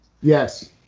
Yes